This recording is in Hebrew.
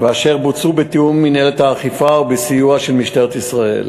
אשר בוצעו בתיאום עם מינהלת האכיפה ובסיוע משטרת ישראל.